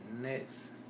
next